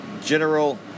General